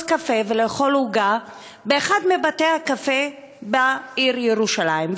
קפה ולאכול עוגה באחד מבתי-הקפה בעיר ירושלים.